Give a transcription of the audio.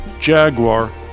Jaguar